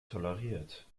toleriert